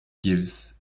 gives